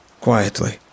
Quietly